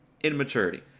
immaturity